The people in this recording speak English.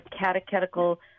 catechetical